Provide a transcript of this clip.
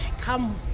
come